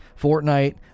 Fortnite